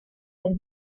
del